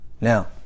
Now